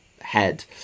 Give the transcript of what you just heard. head